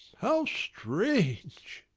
how strange!